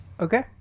Okay